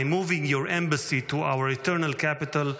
By moving your embassy to our eternal capital,